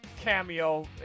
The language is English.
cameo